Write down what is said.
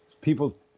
people